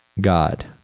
God